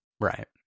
Right